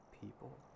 people